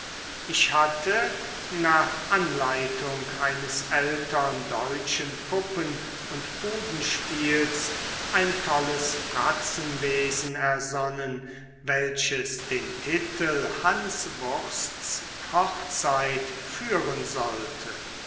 ich hatte nach anleitung eines ältern deutschen puppen und budenspiels ein tolles fratzenwesen ersonnen welches den titel hanswursts hochzeit führen sollte